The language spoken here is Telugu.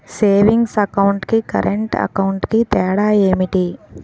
సేవింగ్స్ అకౌంట్ కి కరెంట్ అకౌంట్ కి తేడా ఏమిటి?